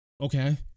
okay